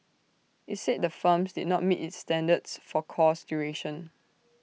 IT said the firms did not meet its standards for course duration